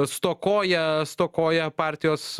stokoja stokoja partijos